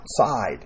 outside